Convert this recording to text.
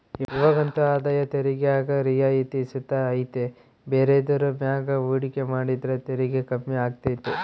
ಇವಾಗಂತೂ ಆದಾಯ ತೆರಿಗ್ಯಾಗ ರಿಯಾಯಿತಿ ಸುತ ಐತೆ ಬೇರೆದುರ್ ಮ್ಯಾಗ ಹೂಡಿಕೆ ಮಾಡಿದ್ರ ತೆರಿಗೆ ಕಮ್ಮಿ ಆಗ್ತತೆ